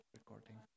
Recording